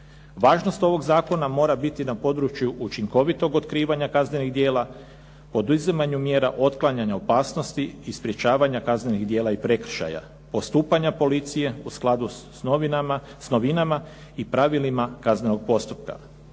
Važnost ovog zakona mora biti na području učinkovitog otkrivanja kaznenih djela, poduzimanju mjera otklanjanja opasnosti i sprječavanja kaznenih djela i prekršaja, postupanja policije u skladu s novinama i pravilima kaznenog postupka.